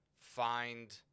find